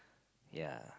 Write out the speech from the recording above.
yea